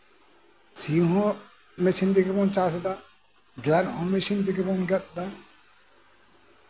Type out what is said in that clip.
ᱥᱤᱭᱳᱜ ᱦᱚᱸ ᱢᱮᱥᱤᱱ ᱛᱮᱜᱮ ᱵᱚᱱ ᱪᱟᱥ ᱮᱫᱟ ᱜᱮᱛ ᱦᱚᱸ ᱢᱮᱥᱤᱱ ᱛᱮᱜᱮ ᱵᱚᱱ ᱜᱮᱛ ᱮᱫᱟ